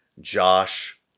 Josh